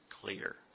clear